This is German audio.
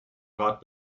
rat